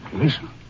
listen